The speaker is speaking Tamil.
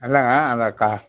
அல்லங்க அது கா